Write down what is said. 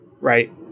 right